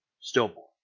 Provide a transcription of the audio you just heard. stillborn